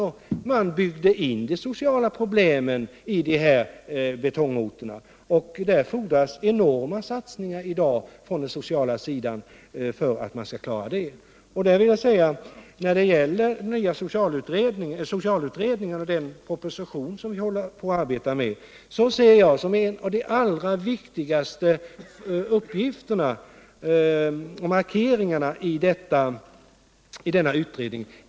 Man byggde in de sociala problemen i dessa betongorter. Där fordras i dag enorma satsningar från den sociala sidan för att klara saken. När det gäller den nya socialutredningen och den proposition vi håller på att arbeta med ser jag som en av de allra viktigaste uppgifterna de markeringar som görs i denna utredning.